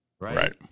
Right